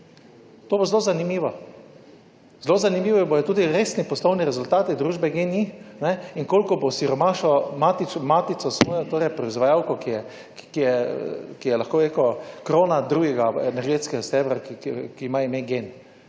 To bo zelo zanimivo. Zelo zanimivi bodo tudi resni poslovni rezultati družbe Gen-i in koliko bo osiromašil matično matico, svojo, torej proizvajalko, ki je lahko bi rekel krona drugega energetskega stebra, ki ima ime Gen,